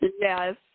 Yes